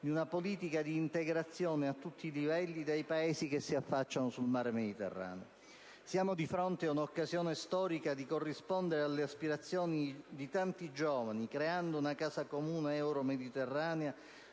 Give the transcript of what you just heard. di una politica di integrazione a tutti i livelli dei Paesi che si affacciano sul mar Mediterraneo. Siamo di fronte ad un'occasione storica di corrispondere alle aspirazioni di tanti giovani, creando una casa comune euromediterranea,